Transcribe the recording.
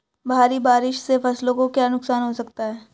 भारी बारिश से फसलों को क्या नुकसान हो सकता है?